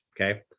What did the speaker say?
okay